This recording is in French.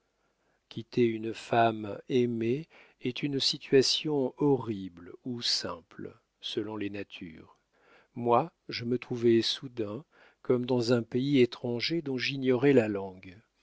quitter une femme aimée est une situation horrible ou simple selon les natures moi je me trouvai soudain comme dans un pays étranger dont j'ignorais la langue